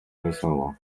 wesoło